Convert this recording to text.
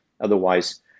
Otherwise